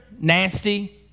nasty